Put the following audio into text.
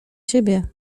siebie